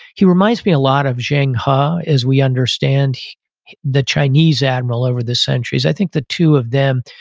he reminds me a lot of zheng he ah as we understand the chinese admiral over the centuries. i think the two of them,